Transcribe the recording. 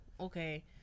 okay